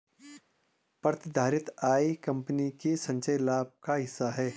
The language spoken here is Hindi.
प्रतिधारित आय कंपनी के संचयी लाभ का हिस्सा है